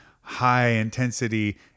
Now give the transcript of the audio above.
high-intensity